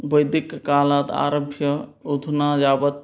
वैदिककालात् आरभ्य अधुना यावत्